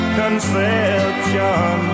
conception